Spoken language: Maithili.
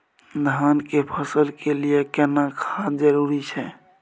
धान के फसल के लिये केना खाद जरूरी छै?